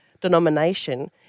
denomination –